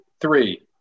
three